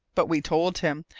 but we told him,